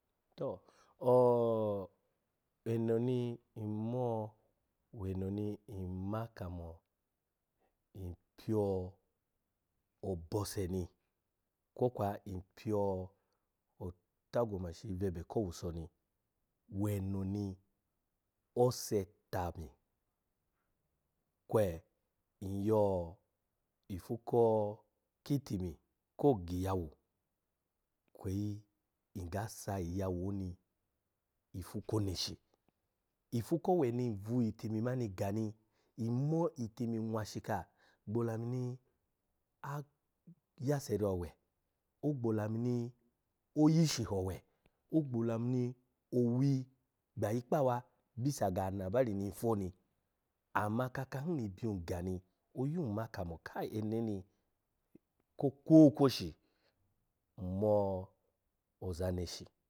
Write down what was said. To o-eno ni nmo weno ni nma kamo npyo bose ni kwo kwa npyo o tagumashi bwebe ko owuso ni weno ni ose tami kwe nyyo ifu ko kitini ko giyawa kweyi ngga sa iyawu oni ifu ko neshi, ife kowe ni nvu itimi mani gani nmo itimi nwashika gbo olamuni a yasari owe, ogbo olamuni oyishi ho owe, ogbo olamu ni owi gbayi kpa awa bisa ga banabari ni nfo ni. Ama akakan ni byun ga ni oyun ma kamo kai, eneni ko kwokwoshi nmo oza neshi.